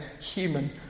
human